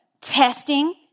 Testing